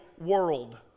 world